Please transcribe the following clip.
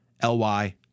L-Y